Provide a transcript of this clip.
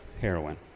heroin